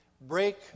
Break